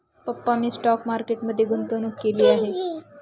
पप्पा मी stock market मध्ये गुंतवणूक केली आहे